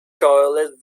toilet